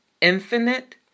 infinite